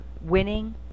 Winning